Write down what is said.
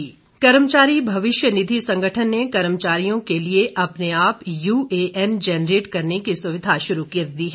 UAN कर्मचारी भविष्य निधि संगठन ने कर्मचारियों के ऐल अपने आप यूएएन जेनरेट करने की सुविधा शुरू कर दी है